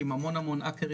עם המון המון אקרים,